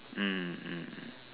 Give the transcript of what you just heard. mm mm